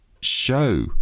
show